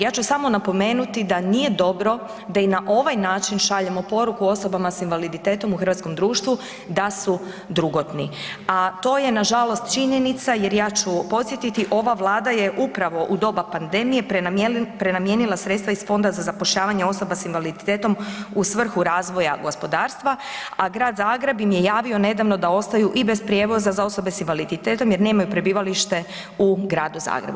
Ja ću samo napomenuti da nije dobro da i na ovaj način šaljemo poruku osobama s invaliditetom u hrvatskom društvu da su drugotni, a to je nažalost činjenica jer ja ću podsjetiti ova Vlada je upravo u doba pandemije prenamijenila sredstva iz Fonda za zapošljavanje osoba s invaliditetom u svrhu razvoja gospodarstva, a Grad Zagreb im je javio nedavno da ostaju i bez prijevoza za osobe s invaliditetom jer nemaju prebivalište u Gradu Zagrebu.